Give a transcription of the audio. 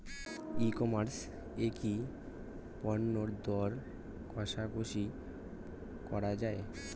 ই commerce এ কি পণ্যের দর কশাকশি করা য়ায়?